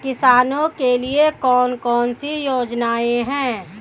किसानों के लिए कौन कौन सी योजनाएं हैं?